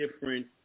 different